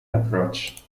approach